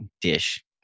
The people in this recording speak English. dish